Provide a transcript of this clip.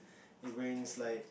he bring slide